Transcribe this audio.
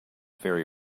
very